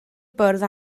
bwrdd